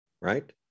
right